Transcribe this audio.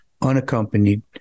unaccompanied